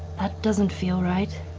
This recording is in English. that doesn't feel right.